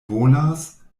volas